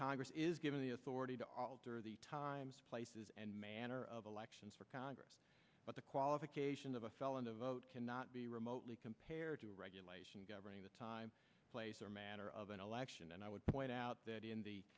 congress is given the authority to alter the times places and manner of elections for congress but the qualifications of a felon to vote cannot be remotely compared to a regulation governing the time place or manner of an election and i would point out that in the